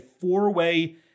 four-way